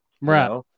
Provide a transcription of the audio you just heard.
Right